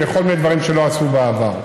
בכל מיני דברים שלא עשו בעבר.